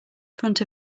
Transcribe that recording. front